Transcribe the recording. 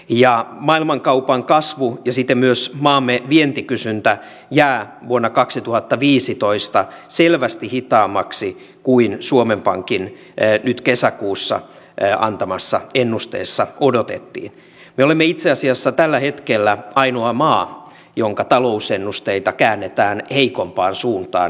ja maailmankaupan kasvu ja siten myös maamme vientikysyntä jää vuonna kaksituhattaviisitoista selvästi hitaammaksi kuin suomen pankin kesäkuussa antamassa ennusteessa odotettiin olen itse asiassa tällä hetkellä ainoa maa jonka talousennusteita käännetään heikompaan suuntaan